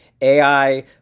AI